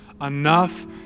Enough